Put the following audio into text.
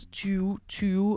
2020